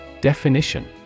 Definition